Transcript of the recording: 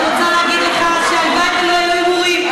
אני רוצה להגיד לך שהלוואי שלא יהיו הימורים.